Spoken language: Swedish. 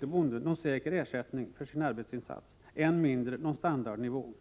bonden någon säker ersättning för sin arbetsinsats, än mindre någon standardnivå.